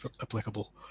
applicable